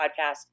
podcast